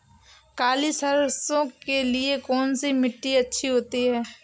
काली सरसो के लिए कौन सी मिट्टी अच्छी होती है?